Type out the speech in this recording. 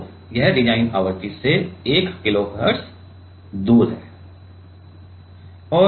तो यह डिज़ाइन आवृत्ति से 1 किलोहर्ट्ज़ दूर है